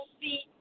see